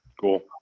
Cool